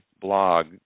blog